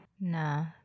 Nah